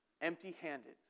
empty-handed